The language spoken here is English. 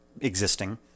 existing